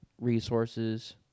resources